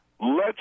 lets